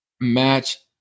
match